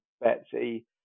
Betsy